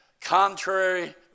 contrary